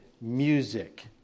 music